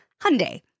Hyundai